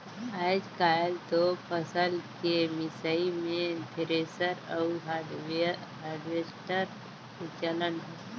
आयज कायल तो फसल के मिसई मे थेरेसर अउ हारवेस्टर के चलन हे